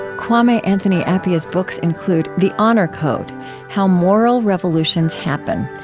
kwame anthony appiah's books include the honor code how moral revolutions happen,